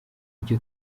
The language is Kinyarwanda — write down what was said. icyo